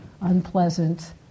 unpleasant